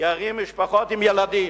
גרות משפחות עם ילדים.